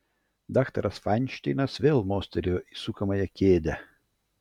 daktaras fainšteinas vėl mostelėjo į sukamąją kėdę